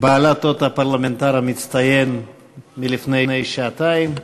בעלת אות הפרלמנטר המצטיין מלפני שעתיים.